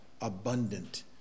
abundant